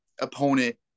opponent